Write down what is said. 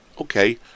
Okay